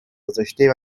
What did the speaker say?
گذاشته